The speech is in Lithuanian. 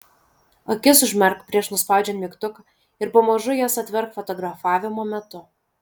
akis užmerk prieš nuspaudžiant mygtuką ir pamažu jas atverk fotografavimo metu